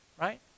Right